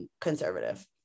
conservative